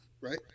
right